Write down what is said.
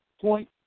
point